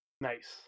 Nice